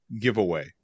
giveaway